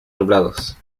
nublados